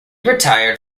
retired